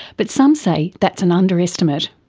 but some say that's an underestimate.